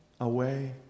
away